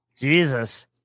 Jesus